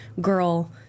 girl